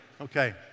Okay